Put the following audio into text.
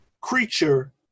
creature